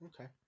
Okay